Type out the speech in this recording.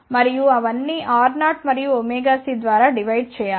మరియు అవన్నీ R0 మరియు ωc ద్వారా డివైడ్ చేయాలి